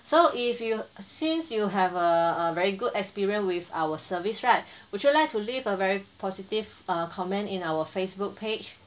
so if you since you have a a very good experience with our service right would you like to leave a very positive err comment in our Facebook page